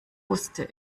wusste